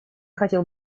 хотел